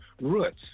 roots